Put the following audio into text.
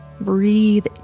Breathe